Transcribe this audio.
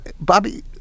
Bobby